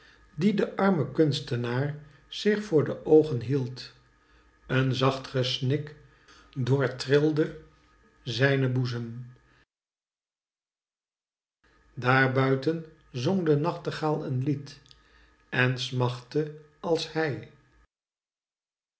die de arme kunstnaar zich voor de oogen hield een zacht gesnik doortrilde zijnen boezem daar buiten zong de nachtegaal een lied en smachtte als hij